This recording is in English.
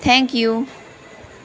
thank you